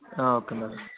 okay madam